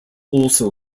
also